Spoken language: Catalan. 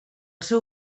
seu